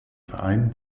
verein